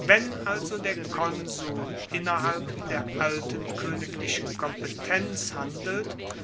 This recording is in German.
wenn also der konsul innerhalb der alten koeniglichen kompetenz handelt